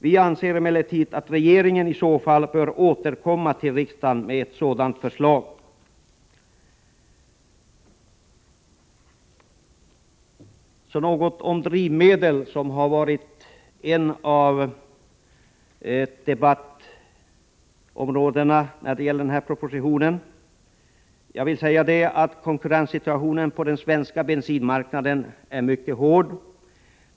Vi anser emellertid att regeringen i så fall bör återkomma till riksdagen med ett sådant förslag. Drivmedel har varit ett av debattområdena beträffande den här propositionen. Konkurrenssituationen på den svenska bensinmarknaden är mycket hård.